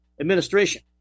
administration